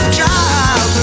Child